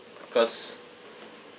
cause